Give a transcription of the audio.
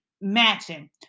matching